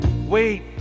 Wait